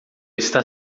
está